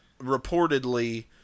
reportedly